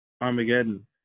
Armageddon